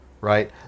right